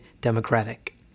Democratic